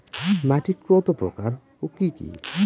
মাটি কতপ্রকার ও কি কী?